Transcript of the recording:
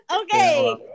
Okay